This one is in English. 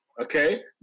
Okay